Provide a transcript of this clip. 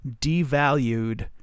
devalued